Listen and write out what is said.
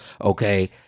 okay